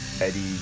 Eddie